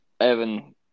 Evan